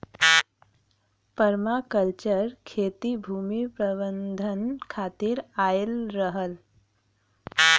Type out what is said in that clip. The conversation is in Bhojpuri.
पर्माकल्चर खेती भूमि प्रबंधन खातिर आयल रहल